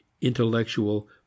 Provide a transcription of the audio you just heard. intellectual